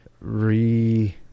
re